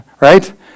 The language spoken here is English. right